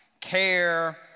care